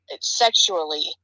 sexually